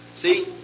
See